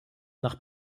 nach